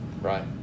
right